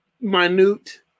Minute